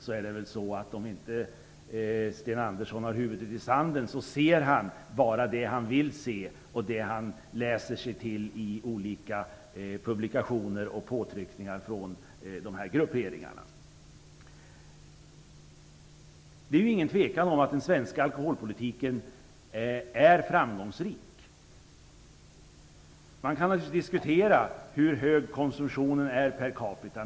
Jag skulle vilja påstå att Sten Andersson bara ser det han vill se och det han läser sig till i olika publikationer med påtryckningar från de här gruppbildningarna. Det är ingen tvekan om att den svenska alkoholpolitiken är framgångsrik. Man kan naturligtvis diskutera hur hög alkoholkonsumtionen är per capita.